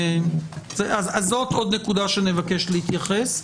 זאת עוד נקודה שנבקש להתייחס אליה.